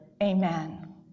Amen